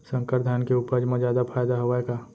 संकर धान के उपज मा जादा फायदा हवय का?